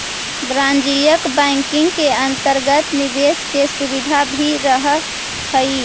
वाणिज्यिक बैंकिंग के अंतर्गत निवेश के सुविधा भी रहऽ हइ